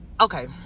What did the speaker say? okay